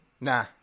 Nah